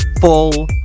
full